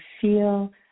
feel